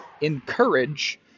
encourage